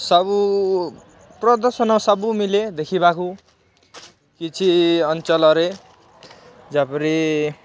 ସବୁ ପ୍ରଦର୍ଶନ ସବୁ ମିଳେ ଦେଖିବାକୁ କିଛି ଅଞ୍ଚଳରେ ଯେପରି